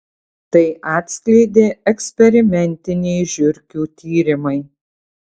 tai atskleidė eksperimentiniai žiurkių tyrimai